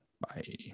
Bye